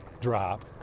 drop